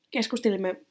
Keskustelimme